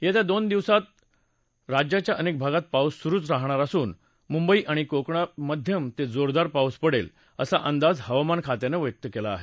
येत्या दोन दिवसात राज्याच्या अनेक भागात पाऊस सुरुच राहणार असून मुंबई आणि कोकणात मध्यम ते जोरदार पाऊस पडेल असा अंदाज हवामान खात्यानं व्यक्त केला आहे